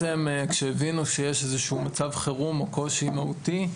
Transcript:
כשהבינו שיש איזשהו מצב חירום או קושי מהותי,